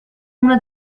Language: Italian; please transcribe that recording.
una